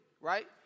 right